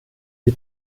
sie